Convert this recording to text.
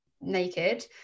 naked